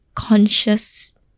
conscious